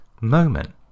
moment